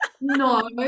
No